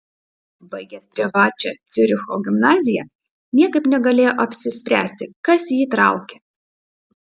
baigęs privačią ciuricho gimnaziją niekaip negalėjo apsispręsti kas jį traukia